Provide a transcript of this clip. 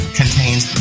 contains